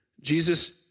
Jesus